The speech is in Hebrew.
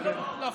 לא עכשיו.